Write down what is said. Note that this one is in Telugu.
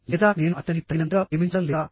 లేదా నేను అతనిని తగినంతగా ప్రేమించడం లేదా